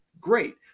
great